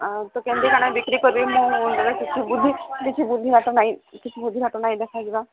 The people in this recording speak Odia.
ଆଉ ତ କେମିତି କ'ଣ ବିକ୍ରି କରିବି ମୁଁ କିଛି ବୁଦ୍ଧି କିଛି ବୁଦ୍ଧିବାଟ ନାଇଁ କିଛି ବୁଦ୍ଧିବାଟ ଦେଖାଯାଉନାହିଁ